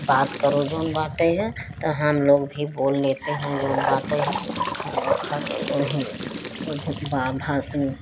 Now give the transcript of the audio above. बात करो जोन बाटे हैं त हम लोग भी बोल लेते हैं जोन बटेय हैं खा खर हि